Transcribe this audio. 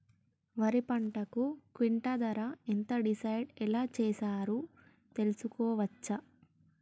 వరి పంటకు క్వింటా ధర ఎంత డిసైడ్ ఎలా చేశారు తెలుసుకోవచ్చా?